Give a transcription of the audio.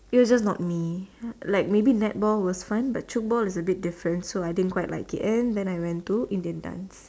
it was just not me like maybe netball was fun but tchoukball was not for me and then I went to Indian dance